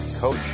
Coach